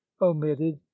omitted